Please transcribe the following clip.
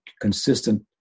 consistent